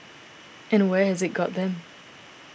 and where has it got them